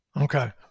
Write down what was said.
Okay